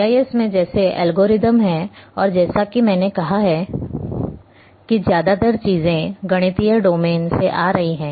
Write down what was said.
GIS में जैसे algorithm हैं और जैसा कि मैंने कहा है कि ज्यादातर चीजें गणितीय डोमेन से आ रही हैं